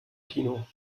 kino